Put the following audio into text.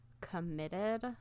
committed